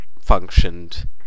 Functioned